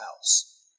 house